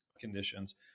conditions